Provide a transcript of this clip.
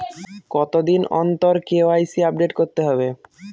কতদিন অন্তর KYC update করতে হবে?